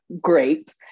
great